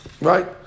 Right